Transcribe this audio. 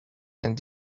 and